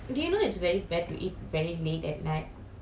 okay true